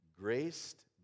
graced